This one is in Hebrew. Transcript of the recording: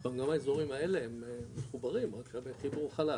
גם האזורים האלה הם מחוברים, רק שבחיבור חלש,